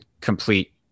complete